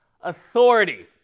authority